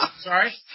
Sorry